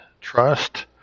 Trust